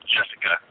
Jessica